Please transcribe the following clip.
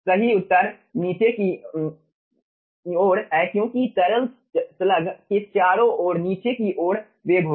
सही उत्तर नीचे की ओर है क्योंकि तरल स्लग के चारों ओर नीचे की ओर वेग होगा